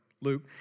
Luke